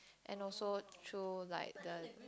and also through like the